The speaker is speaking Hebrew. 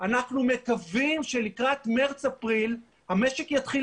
אנחנו מקווים שלקראת מרץ אפריל המשק יתחיל